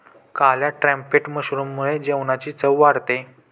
काळ्या ट्रम्पेट मशरूममुळे जेवणाची चव वाढते